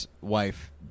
wife